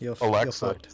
alexa